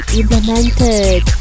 implemented